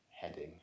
heading